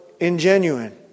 ingenuine